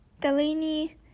Delaney